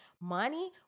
Money